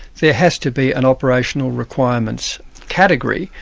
there has to be an operational requirements category,